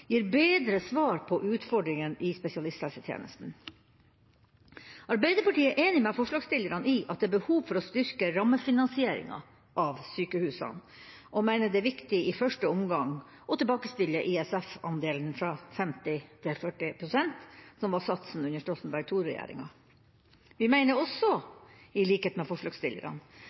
gir bedre svar på utfordringene i spesialisthelsetjenesten. Arbeiderpartiet er enig med forslagsstillerne i at det er behov for å styrke rammefinansieringa av sykehusene, og mener det er viktig i første omgang å tilbakestille ISF-andelen fra 50 pst. til 40 pst., som var satsen under Stoltenberg II-regjeringa. Vi